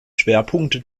schwerpunkte